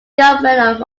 government